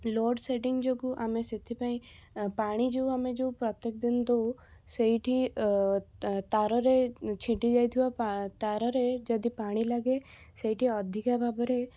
load shedding ଯୋଗୁଁ ଆମେ ସେଥିପାଇଁ ପାଣି ଯେଉଁ ଆମେ ଯେଉଁ ପ୍ରତ୍ୟେକ ଦିନ ଦଉ ସେଇଠି ତାରରେ ଛିଡ଼ି ଯାଇଥିବା ପା ତାରରେ ଯଦି ପାଣି ଲାଗେ ସେଇଠି ଅଧିକା ଭାବରେ